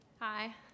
Hi